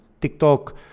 TikTok